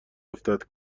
افتد